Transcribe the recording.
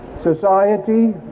society